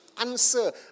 answer